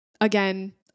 Again